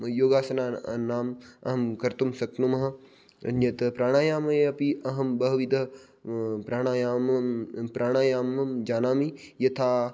योगासनानाम् अहं कर्तुं शक्नुमः अन्यत् प्राणायामे अपि अहं बहुविध प्राणायामं प्राणायामं जानामि यथा